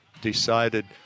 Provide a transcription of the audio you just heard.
decided